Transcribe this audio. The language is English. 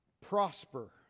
prosper